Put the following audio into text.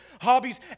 hobbies